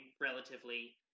relatively